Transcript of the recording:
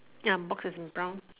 ya boxes in brown